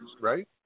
right